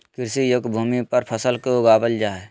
कृषि योग्य भूमि पर फसल के उगाबल जा हइ